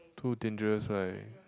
too dangerous right